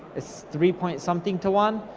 it's three point something, to one,